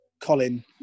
Colin